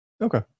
Okay